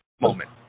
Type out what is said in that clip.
moment